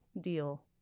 deal